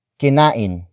kinain